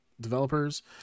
developers